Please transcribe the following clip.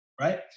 Right